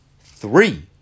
three